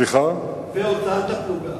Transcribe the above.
רצוני לשאול: 1. האם ניסיונות הפיגוע